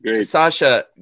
Sasha